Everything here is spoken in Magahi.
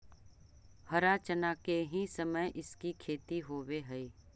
हरा चना के ही समान इसकी खेती होवे हई